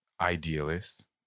idealists